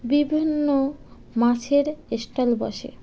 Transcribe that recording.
বিভিন্ন মাছের স্টল বসে